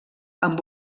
amb